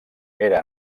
era